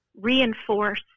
reinforce